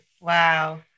Wow